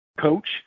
coach